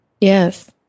Yes